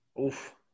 Oof